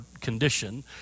condition